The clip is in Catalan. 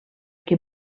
que